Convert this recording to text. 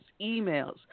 emails